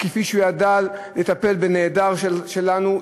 כפי שהוא ידע לטפל בנעדר שלנו,